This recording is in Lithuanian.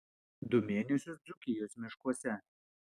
du mėnesius dzūkijos miškuose